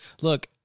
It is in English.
look-